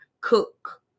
cook